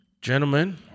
Gentlemen